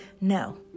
no